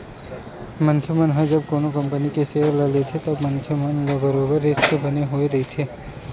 मनखे मन ह जब कोनो कंपनी के सेयर ल लेथे तब मनखे मन ल बरोबर रिस्क बने होय रहिथे